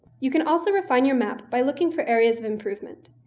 you can also refine your map by looking for areas of improvement.